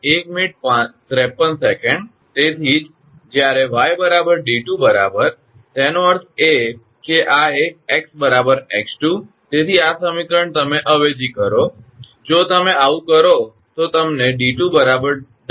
તે જ રીતે જ્યારે 𝑦 𝑑2 બરાબર તેનો અર્થ એ કે આ એક 𝑥 𝑥2 તેથી આ સમીકરણ તમે અવેજી કરો છો જો તમે આવું કરો તો તમને 𝑑2 𝑊𝑥22 2𝑇 મળશે